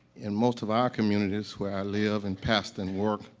in most of our communities, where i live and pastor and work,